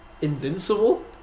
invincible